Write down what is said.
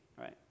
right